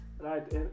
right